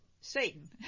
Satan